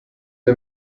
der